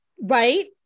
Right